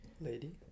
Lady